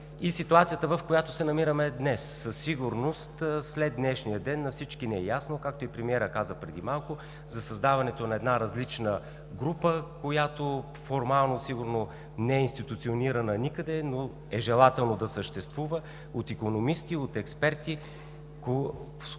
И ситуацията, в която се намираме днес. Със сигурност след днешния ден на всички ни е ясно, както и премиерът каза преди малко, за създаването на една различна група, която формално сигурно не е институционирана никъде, но е желателно да съществува от икономисти, от експерти,